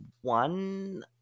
one